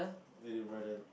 where do your brother